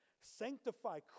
sanctify